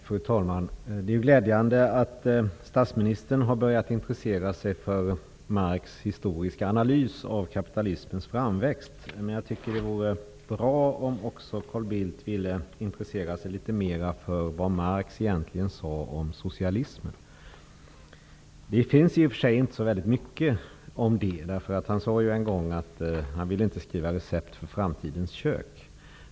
Fru talman! Det är glädjande att statsministern har börjat intressera sig för Marx historiska analys av kapitalismens framväxt, men jag tycker att det vore bra om Carl Bildt också ville intressera sig litet mer för vad Marx egentligen sade om socialismen. Det finns i och för sig inte så väldigt mycket skrivet om det. Han sade ju en gång att han inte ville skriva recept för framtidens kök.